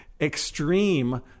extreme